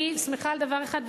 אני שמחה על דבר אחד,